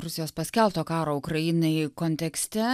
rusijos paskelbto karo ukrainai kontekste